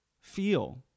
feel